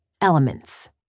Elements